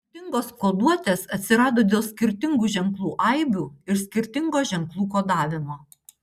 skirtingos koduotės atsirado dėl skirtingų ženklų aibių ir skirtingo ženklų kodavimo